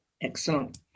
Excellent